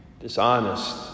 dishonest